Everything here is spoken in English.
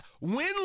win